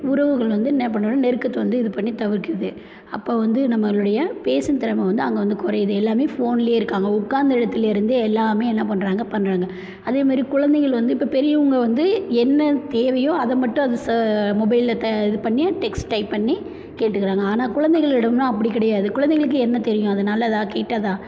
உறவுகள் வந்து என்ன பண்ணிடும் நெருக்கத்தை வந்து இது பண்ணி தவிர்க்குது அப்போ வந்து நம்மளுடைய பேசும் திறமை வந்து அங்கே வந்து குறையிது எல்லாம் ஃபோன்லேயே இருக்காங்க உட்காந்த இடத்துல இருந்தே எல்லாமே என்ன பண்ணுறாங்க பண்ணுறாங்க அதேமாதிரி குழந்தைகள் வந்து இப்போ பெரியவுங்க வந்து என்ன தேவையோ அதிக மட்டும் அது ச மொபைலில் த இது பண்ணி டெக்ஸ்ட் டைப் பண்ணி கேட்டுக்குறாங்க ஆனால் குழந்தைகளிடம்லா அப்படி கிடையாது குழந்தைங்களுக்கு என்ன தெரியும் அது நல்லதா கெட்டதா